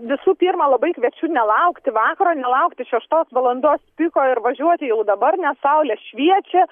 visų pirma labai kviečiu nelaukti vakaro nelaukti šeštos valandos piko ir važiuoti jau dabar nes saulė šviečia